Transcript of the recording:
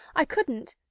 i couldn't.